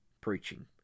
preaching